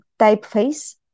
typeface